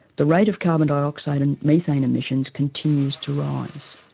the rate of carbon dioxide and methane emissions continues to rise.